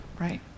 right